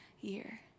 year